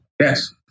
Yes